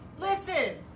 Listen